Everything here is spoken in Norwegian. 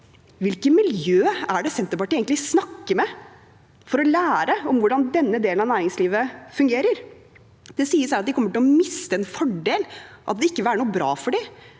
Hvilke miljøer er det Senterpartiet egentlig snakker med for å lære om hvordan denne delen av næringslivet fungerer? Det sies her at de kommer til å miste en fordel, at det ikke vil være bra for dem.